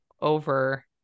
over